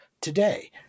today